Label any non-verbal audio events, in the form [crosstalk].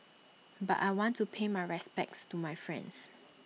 [noise] but I want to pay my respects to my friends